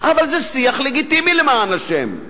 אבל זה שיח לגיטימי, למען השם.